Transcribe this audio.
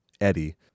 Eddie